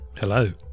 Hello